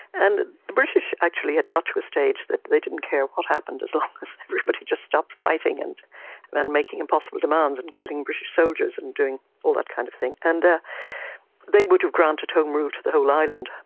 and the british actually had got to a stage that they didn't care what happened as long as everybody just stopped fighting and and making impossible demands and killing british soldiers and doing all that kind of thing, and they would have granted home rule to the whole island,